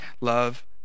love